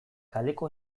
kaleko